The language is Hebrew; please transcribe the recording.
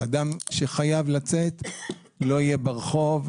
שאדם שחייב לצאת לא יהיה ברחוב,